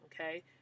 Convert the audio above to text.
okay